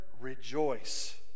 rejoice